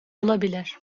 olabilir